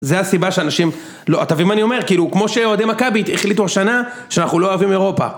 זה הסיבה שאנשים, לא, אתה מבין מה אני אומר? כאילו כמו שאוהדי מכבי החליטו השנה שאנחנו לא אוהבים אירופה